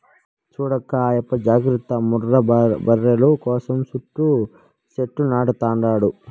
చూడక్కా ఆయప్ప జాగర్త ముర్రా బర్రెల కోసం సుట్టూ సెట్లు నాటతండాడు